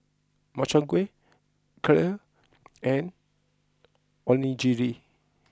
Makchang Gui Kheer and Onigiri